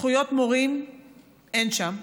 זכויות מורים אין שם.